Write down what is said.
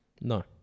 No